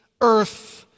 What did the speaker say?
earth